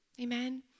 Amen